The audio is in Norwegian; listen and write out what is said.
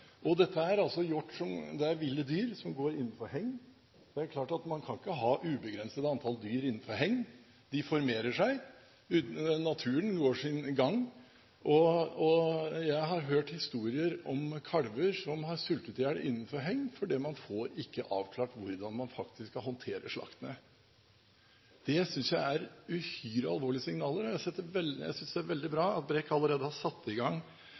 Dette er hjort, ville dyr som går innenfor hegn. Det er klart at man kan ikke ha et ubegrenset antall dyr innenfor hegn. De formerer seg. Naturen går sin gang, og jeg har hørt historier om kalver som har sultet i hjel innenfor hegn fordi man ikke får avklart hvordan man skal håndtere slaktene. Det synes jeg er uhyre alvorlige signaler. Jeg synes det er veldig bra at statsråd Brekk allerede har satt i gang